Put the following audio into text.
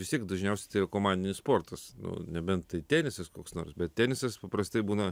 vis tiek tai dažniausiai tai yra komandinis sportas nu nebent tai tenisas koks nors bet tenisas paprastai būna